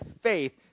faith